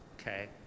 okay